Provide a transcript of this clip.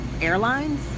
airlines